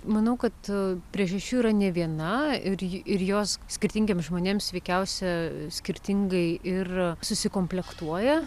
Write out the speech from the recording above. manau kad priežasčių yra ne viena ir ir jos skirtingiems žmonėms sveikiausia skirtingai ir susikomplektuoja